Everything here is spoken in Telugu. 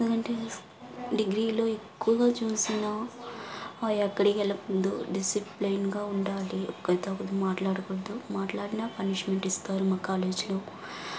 ఎందుకంటే స్ డిగ్రీలో ఎక్కువుగా చూసిన యెక్కడికెళ్లద్ధు డిసిప్లేన్గా ఉండాలి ఒకరితో ఒకరు మాట్లాడకూడదు మాట్లాడిన పనిష్మెంట్ ఇస్తారు మా కాలేజ్లో